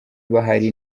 bahari